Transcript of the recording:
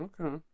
Okay